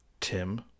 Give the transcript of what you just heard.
Tim